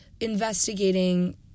investigating